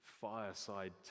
fireside